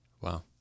Wow